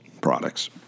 products